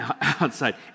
outside